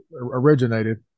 originated